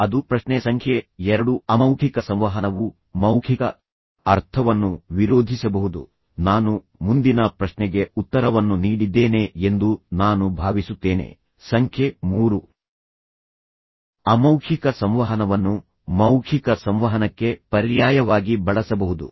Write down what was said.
ಅದು ಪ್ರಶ್ನೆ ಸಂಖ್ಯೆ ಎರಡು ಅಮೌಖಿಕ ಸಂವಹನವು ಮೌಖಿಕ ಅರ್ಥವನ್ನು ವಿರೋಧಿಸಬಹುದು ನಾನು ಮುಂದಿನ ಪ್ರಶ್ನೆಗೆ ಉತ್ತರವನ್ನು ನೀಡಿದ್ದೇನೆ ಎಂದು ನಾನು ಭಾವಿಸುತ್ತೇನೆ ಸಂಖ್ಯೆ ಮೂರು ಅಮೌಖಿಕ ಸಂವಹನವನ್ನು ಮೌಖಿಕ ಸಂವಹನಕ್ಕೆ ಪರ್ಯಾಯವಾಗಿ ಬಳಸಬಹುದು ಅಮೌಖಿಕ ಸಂವಹನವನ್ನು ಮೌಖಿಕ ಸಂವಹನಕ್ಕೆ ಪರ್ಯಾಯವಾಗಿ ಬಳಸಬಹುದು